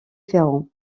ferrand